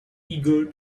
eager